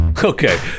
Okay